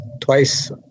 twice